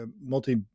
multi